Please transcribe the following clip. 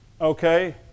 Okay